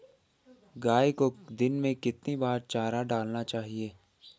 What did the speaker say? गाय को दिन में कितनी बार चारा डालना चाहिए?